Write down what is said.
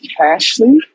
Ashley